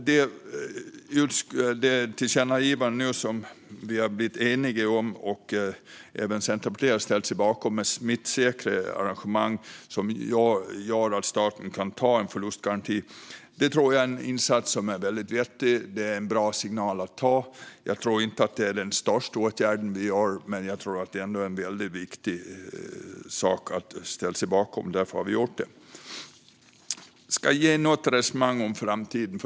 Det tillkännagivande som vi blivit eniga om, och som även Centerpartiet har ställt sig bakom, om smittsäkra arrangemang där staten kan ge en förlustgaranti tror jag är väldigt vettigt. Det är en bra signal att ge. Jag tror inte att det är den största åtgärden vi gör, men jag tror ändå att det är en väldigt viktig sak att ställa sig bakom. Därför har vi gjort det. Jag ska också resonera något om framtiden.